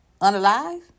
unalive